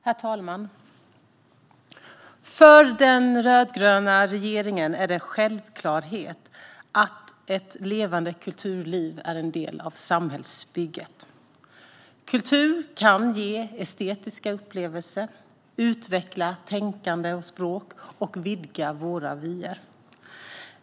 Herr talman! För den rödgröna regeringen är det en självklarhet att ett levande kulturliv är en del av samhällsbygget. Kultur kan ge estetiska upplevelser, utveckla tänkande och språk och vidga våra vyer.